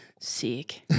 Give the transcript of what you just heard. Sick